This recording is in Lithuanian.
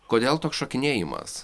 kodėl toks šokinėjimas